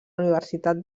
universitat